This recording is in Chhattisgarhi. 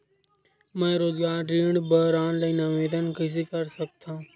मैं रोजगार ऋण बर ऑनलाइन आवेदन कइसे कर सकथव?